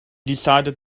decided